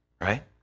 Right